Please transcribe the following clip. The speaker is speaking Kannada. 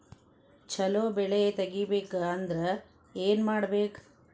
ಛಲೋ ಬೆಳಿ ತೆಗೇಬೇಕ ಅಂದ್ರ ಏನು ಮಾಡ್ಬೇಕ್?